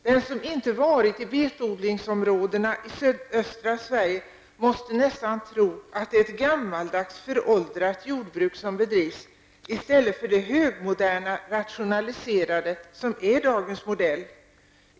Den som inte har varit i betodlingsområdena i sydöstra Sverige måste nästan tro att det där bedrivs ett gammaldags föråldrat jordbruk i stället för det högmoderna rationaliserade jordbruk som är dagens modell.